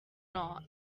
not